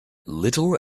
little